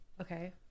Okay